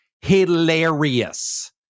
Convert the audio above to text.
hilarious